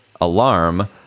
alarm